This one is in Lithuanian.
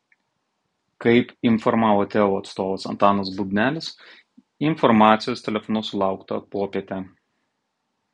kaip informavo teo atstovas antanas bubnelis informacijos telefonu sulaukta popietę